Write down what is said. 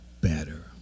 better